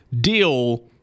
deal